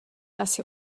asi